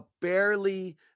barely